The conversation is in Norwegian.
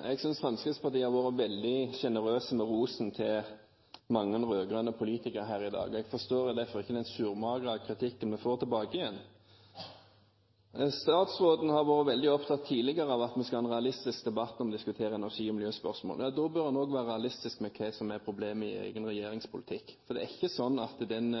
Jeg synes Fremskrittspartiet har vært veldig sjenerøs med rosen til mange rød-grønne politikere her i dag, og jeg forstår derfor ikke den surmagede kritikken vi får tilbake. Statsråden har tidligere vært veldig opptatt av at vi skal ha en realistisk debatt når vi diskuterer energi- og miljøspørsmål. Ja, da bør en også være realistisk med hensyn til hva som er problemet i egen regjeringspolitikk, for det er ikke sånn at den